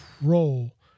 role